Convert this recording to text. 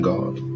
God